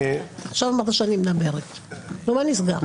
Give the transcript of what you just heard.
אני רגילה, עכשיו אמרנו שאני מדברת, מה נסגר?